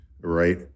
right